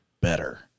better